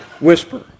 whisper